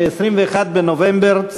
ב-21 בנובמבר,